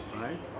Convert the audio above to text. right